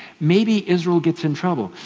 maybe israel gets in trouble.